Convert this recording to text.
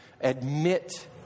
admit